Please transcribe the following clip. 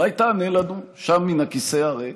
אולי תענה לנו שם מן הכיסא הריק?